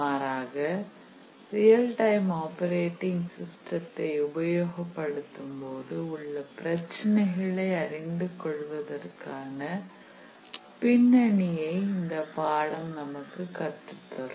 மாறாக real time operating சிஸ்டத்தை உபயோகப்படுத்தும் போது உள்ள பிரச்சினைகளை அறிந்து கொள்வதற்கான பின்னணியை இந்த பாடம் நமக்கு கற்றுத்தரும்